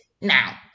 now